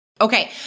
Okay